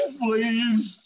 please